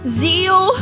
zeal